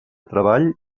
treball